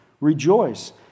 Rejoice